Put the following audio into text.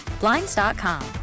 Blinds.com